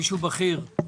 מישהו בכיר?